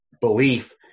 belief